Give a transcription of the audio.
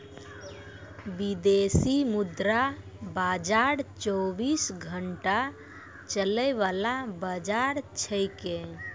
विदेशी मुद्रा बाजार चौबीस घंटा चलय वाला बाजार छेकै